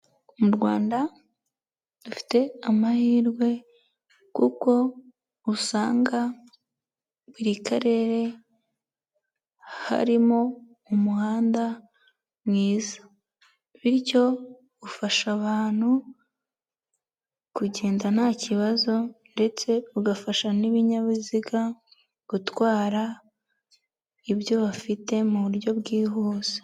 Mu Rwanda dufite amahirwe kuko usanga buri karere harimo umuhanda mwiza, bityo ufasha abantu kugenda nta kibazo ndetse ugafasha n'ibinyabiziga gutwara ibyo bafite mu buryo bwihuse.